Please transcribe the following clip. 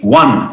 one